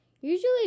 usually